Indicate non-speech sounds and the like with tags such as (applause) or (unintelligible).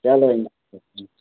چَلو (unintelligible)